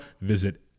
visit